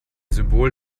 symbol